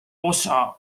osa